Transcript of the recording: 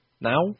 now